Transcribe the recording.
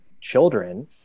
children